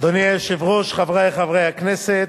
אדוני היושב-ראש, חברי חברי הכנסת,